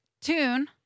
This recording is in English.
Tune